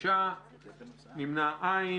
5 לא אושרה.